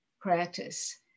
practice